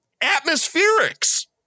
atmospherics